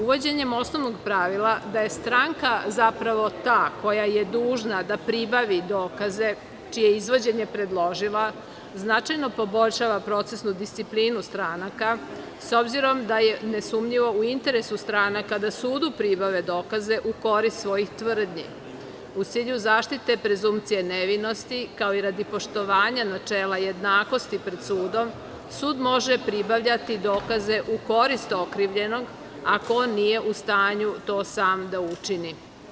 Uvođenjem osnovnog pravila da je stranka zapravo ta, koja je dužna da pribavi dokaze čije izvođenje predložila, značajno poboljšava procesnu disciplinu stranaka, s obzirom da je nesumnjivo u interesu stranaka da sudu pribave dokaze u korist svojih tvrdnji u cilju zaštite prezunkcije nevinosti, kao i radi poštovanja načela jednakosti pred sudom sud može pribavljati dokaze u korist okrivljenog ako on nije u stanju to sam da učini.